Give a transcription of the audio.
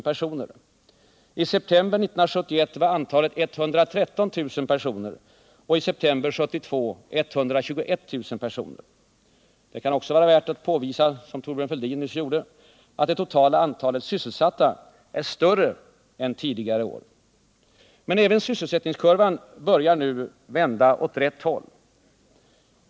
I september 1971 var det 113 000, och i september 1972 var 121 000 personer arbetslösa. Det kan också vara värt att påpeka, som Thorbjörn Fälldin nyss gjorde, att det totala antalet sysselsatta är större än under tidigare år. Men även sysselsättningskurvan börjar nu vända åt rätt håll.